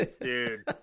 Dude